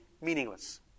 meaningless